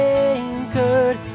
anchored